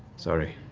sorry.